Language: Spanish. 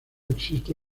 existe